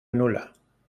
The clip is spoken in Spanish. nula